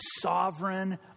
sovereign